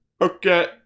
okay